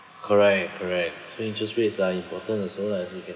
correct correct so interest rates are important also as you can